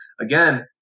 again